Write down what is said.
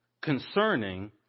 concerning